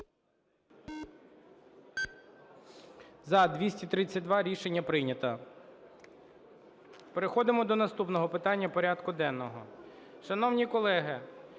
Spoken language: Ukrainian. За-232 Рішення прийнято. Переходимо до наступного питання порядку денного. Шановні колеги,